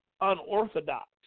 unorthodox